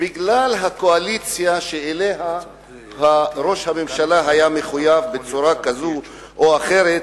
בגלל הקואליציה שאליה ראש הממשלה היה מחויב בצורה כזאת או אחרת,